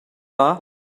are